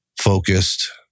focused